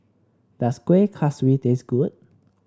does Kuih Kaswi taste good